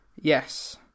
Yes